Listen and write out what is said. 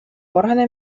органи